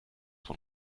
von